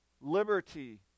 liberty